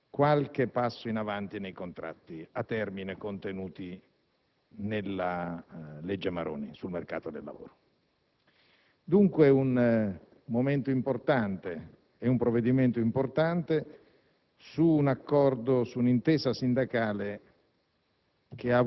qualche passo in avanti nei contratti a termine contenuti nella legge Maroni sul mercato del lavoro. Si tratta, dunque, di un momento importante e di un provvedimento importante su un'intesa sindacale